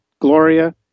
Gloria